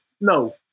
No